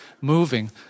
moving